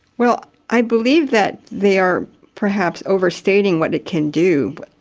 well, i believe that they are perhaps overstating what it can do.